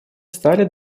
стали